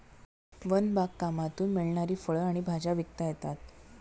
one बागकामातून मिळणारी फळं आणि भाज्या विकता येतात